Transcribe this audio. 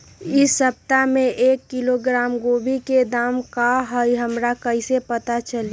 इ सप्ताह में एक किलोग्राम गोभी के दाम का हई हमरा कईसे पता चली?